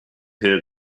hear